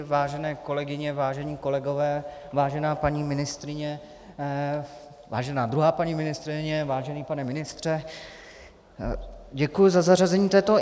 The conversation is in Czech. Vážené kolegyně, vážení kolegové, vážená paní ministryně, vážená druhá paní ministryně, vážený pane ministře, děkuji za zařazení této interpelace.